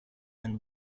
and